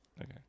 Okay